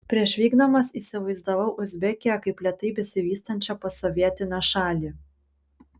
prieš vykdamas įsivaizdavau uzbekiją kaip lėtai besivystančią postsovietinę šalį